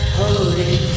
holding